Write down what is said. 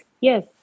Yes